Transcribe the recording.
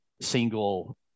single